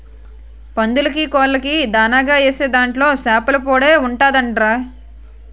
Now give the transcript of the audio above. పందులకీ, కోళ్ళకీ దానాగా ఏసే దాంట్లో సేపల పొడే ఉంటదంట్రా